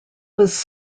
was